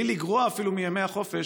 אפילו בלי לגרוע מימי החופש,